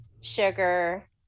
sugar